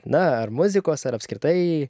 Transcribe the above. na ar muzikos ar apskritai